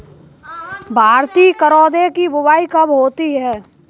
भारतीय करौदे की बुवाई कब होती है?